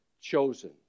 chosen